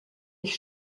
ich